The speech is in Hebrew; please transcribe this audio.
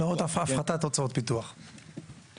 הפחתת הוצאות הפיתוח, כן.